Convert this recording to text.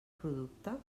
producte